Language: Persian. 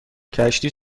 کشتی